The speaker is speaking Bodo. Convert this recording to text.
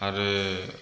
आरो